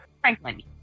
Franklin